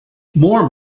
more